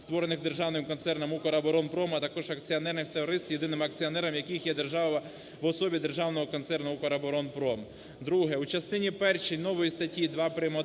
створених Державним концерном "Укроборонпром", а також акціонерних товариств, єдиним акціонером яких є держава в особі Державного концерну "Укроборонпром". Друге. У частині першій нової статті 2 прим.1